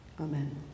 Amen